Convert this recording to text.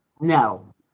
no